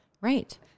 Right